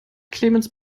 clemens